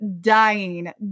dying